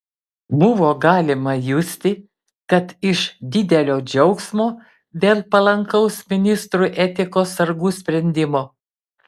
buvo galima justi kad iš didelio džiaugsmo dėl palankaus ministrui etikos sargų sprendimo